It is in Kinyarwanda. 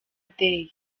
day